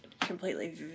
completely